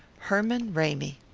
herman ramy.